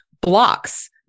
blocks